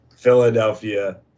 Philadelphia